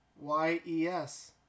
Y-E-S